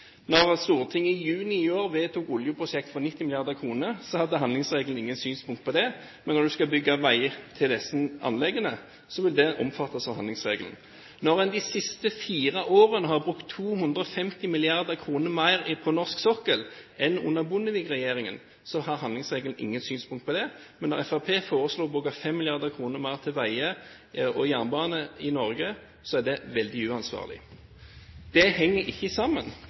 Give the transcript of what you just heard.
Stortinget i juni i år vedtok oljeprosjekter for 90 mrd. kr, hadde handlingsregelen ingen synspunkter på det. Men når vi skal bygge veier til disse anleggene, vil det omfattes av handlingsregelen. Når vi de siste fire årene har brukt 250 mrd. kr mer på norsk sokkel enn under Bondevik-regjeringen, har handlingsregelen ingen synspunkter på det. Men når Fremskrittspartiet foreslår å bruke 5 mrd. kr mer til veier og jernbane i Norge, er det veldig uansvarlig. Dette henger ikke sammen.